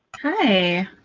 hi.